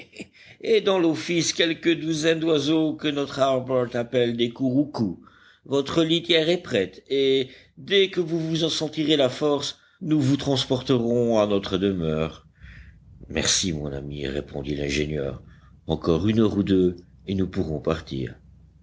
et dans l'office quelques douzaines d'oiseaux que notre harbert appelle des couroucous votre litière est prête et dès que vous vous en sentirez la force nous vous transporterons à notre demeure merci mon ami répondit l'ingénieur encore une heure ou deux et nous pourrons partir